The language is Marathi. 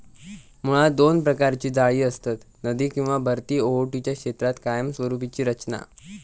मुळात दोन प्रकारची जाळी असतत, नदी किंवा भरती ओहोटीच्या क्षेत्रात कायमस्वरूपी रचना